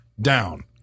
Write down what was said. down